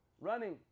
Running